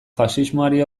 faxismoari